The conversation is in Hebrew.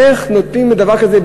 איך נותנים דבר כזה,